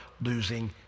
losing